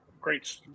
Great